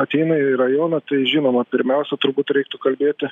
ateina į rajoną tai žinoma pirmiausia turbūt reiktų kalbėti